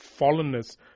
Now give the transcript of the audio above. fallenness